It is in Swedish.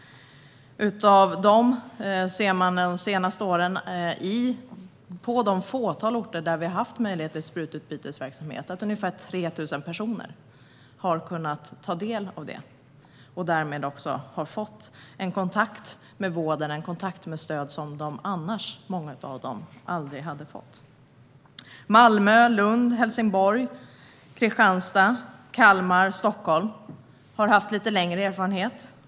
På det fåtal orter där vi har haft möjlighet till sprututbyte har ungefär 3 000 personer tagit del av sprututbytesverksamheten. De har därmed också fått en kontakt med vården och en tillgång till stöd som många av dem annars aldrig hade fått. Malmö, Lund, Helsingborg, Kristianstad, Kalmar och Stockholm har haft lite längre erfarenhet.